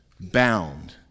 bound